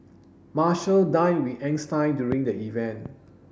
Marshall dined with Einstein during the event